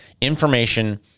information